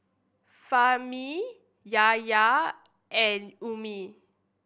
Fahmi Yahaya and Ummi